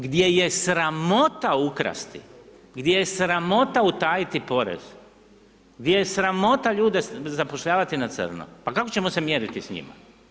Gdje je sramota ukrasti, gdje je sramota utajiti porez, gdje je sramota ljude zapošljavati na crno, pa kako ćemo se mjeriti sa njima?